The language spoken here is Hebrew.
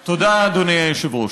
תודה, אדוני היושב-ראש.